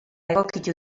egokitu